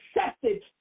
accepted